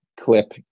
Clip